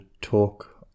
talk